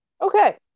Okay